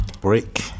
break